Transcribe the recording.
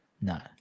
No